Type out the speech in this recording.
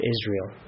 Israel